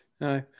No